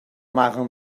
machen